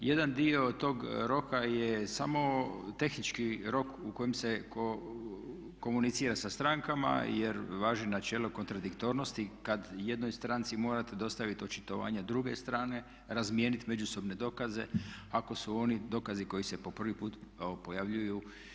Jedan dio tog roka je samo tehnički rok u kojem se komunicira sa strankama jer važi načelo kontradiktornosti kad jednoj stranci morate dostaviti očitovanje druge strane, razmijenit međusobne dokaze ako su oni dokazi koji se po prvi put pojavljuju.